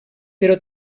però